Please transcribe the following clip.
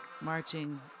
marching